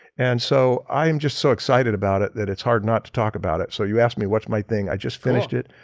and so i am just so excited about it that it's hard not to talk about it. so, you asked me what's my thing i just finished it.